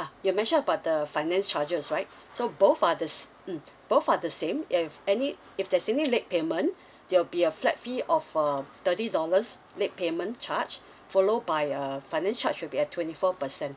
ah you mentioned about the finance charges right so both are the s~ mm both are the same if any if there's any late payment there'll be a flat fee of uh thirty dollars late payment charge follow by a finance charge will be a twenty four percent